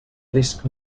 risc